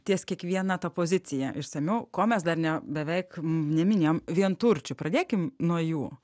ties kiekviena ta pozicija išsamiau ko mes dar ne beveik neminėjom vienturčių pradėkim nuo jų